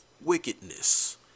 wickedness